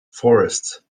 forests